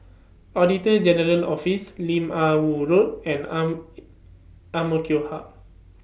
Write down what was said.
Auditor General's Office Lim Ah Woo Road and Ang Ang Mo Kio Hub